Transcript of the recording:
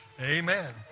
Amen